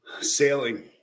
Sailing